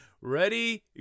ready